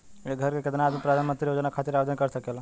एक घर के केतना आदमी प्रधानमंत्री योजना खातिर आवेदन कर सकेला?